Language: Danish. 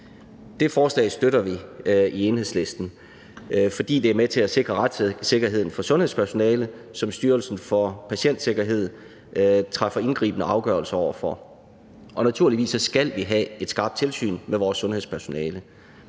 Det forslag støtter vi i Enhedslisten, fordi det er med til at sikre retssikkerheden for sundhedspersonale, som Styrelsen for Patientsikkerhed træffer indgribende afgørelser over for. Naturligvis skal vi have et skarpt tilsyn med vores sundhedspersonale,